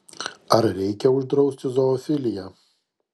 ar reikia uždrausti zoofiliją